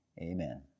amen